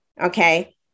Okay